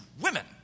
women